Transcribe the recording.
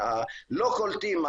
לא קולטים,